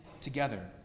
together